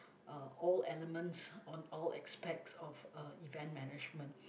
uh all elements on all aspects of uh event management